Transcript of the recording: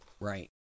Right